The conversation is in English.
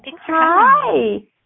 Hi